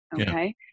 Okay